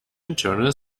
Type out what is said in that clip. internal